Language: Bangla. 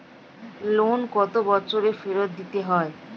লোন কত বছরে ফেরত দিতে হয়?